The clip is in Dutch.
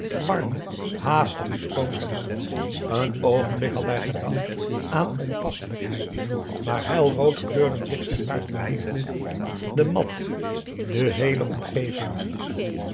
warme haastige stroom zijn mond een oogenblik had hij gedacht aan onpasselijkheid maar helrood kleurden zich zijn baard en kleeren de mat de heele omgeving